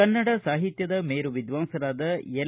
ಕನ್ನಡ ಸಾಹಿತ್ಯದ ಮೇರು ವಿದ್ವಾಂಸರಾದ ಎಲ್